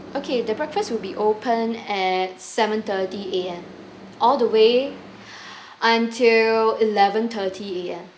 okay the breakfast will be open at seven thirty A_M all the way until eleven thirty A_M